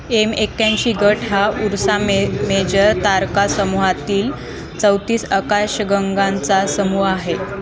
M एक्याऐंशी गट हा ऊर्सा मे मेजर तारका समूहातील चौतीस आकाश गंगांचा समूह आहे